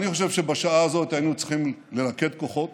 אני חושב שבשעה הזאת היינו צריכים ללכד כוחות